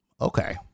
Okay